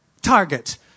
Target